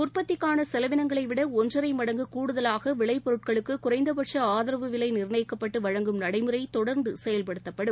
உற்பத்திக்கான செலவிளங்களைவிட ஒன்றரை மடங்கு கூடுதலாக விளைப்பொருட்களுக்கு குறைந்தபட்ச ஆதரவு விலை நிர்ணயிக்கப்பட்டு வழங்கும் நடைமுறை தொடர்ந்து செயல்படுத்தப்படும்